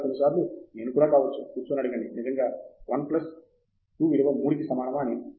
లేదా కొన్నిసార్లు నేను కూడా కావచ్చు కూర్చుని అడగండి నిజంగా 1 ప్లస్ 2 విలువ 3 కి సమానమా అని